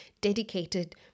dedicated